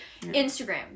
Instagram